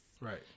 Right